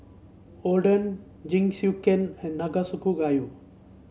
Oden Jingisukan and Nanakusa Gayu